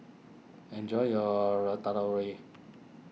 enjoy your Ratatouille